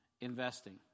investing